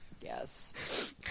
Yes